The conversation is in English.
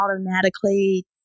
automatically